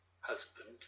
husband